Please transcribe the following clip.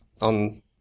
on